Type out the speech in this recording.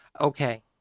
Okay